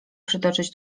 przytoczyć